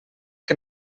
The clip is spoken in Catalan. que